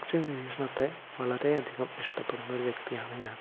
പക്ഷി നിരീക്ഷണത്തെ വളരെയധികം ഇഷ്ടപ്പെടുന്ന ഒരു വ്യക്തിയാണു ഞാൻ